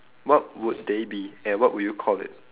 what would they be and what would you call it